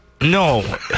no